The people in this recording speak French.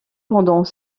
pendant